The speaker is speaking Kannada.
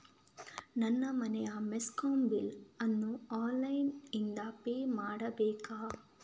ನನ್ನ ಮನೆಯ ಮೆಸ್ಕಾಂ ಬಿಲ್ ಅನ್ನು ಆನ್ಲೈನ್ ಇಂದ ಪೇ ಮಾಡ್ಬೇಕಾ?